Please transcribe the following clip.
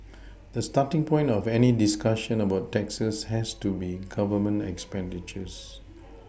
the starting point of any discussion about taxes has to be Government expenditures